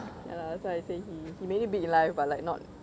ya lah that's why I say he he made it big in life but like not